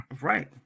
Right